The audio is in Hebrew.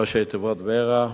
בראשי תיבות: ור"ה,